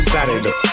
Saturday